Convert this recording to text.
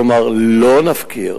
כלומר, לא נפקיר